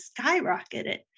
skyrocketed